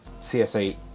CS8